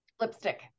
Lipstick